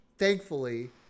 Thankfully